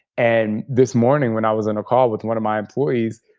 and this morning when i was in a call with one of my employees,